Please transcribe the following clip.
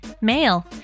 male